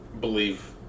believe